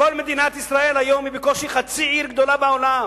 כל מדינת ישראל היום היא בקושי חצי עיר גדולה בעולם.